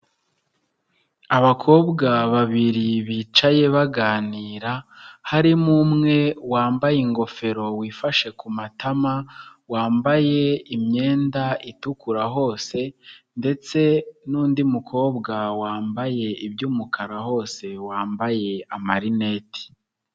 Abakobwa babiri bicaye baganira, harimo umwe wambaye ingofero wifashe ku matama, wambaye imyenda itukura hose ndetse n'undi mukobwa wambaye iby'umukara hose wambaye amarineti.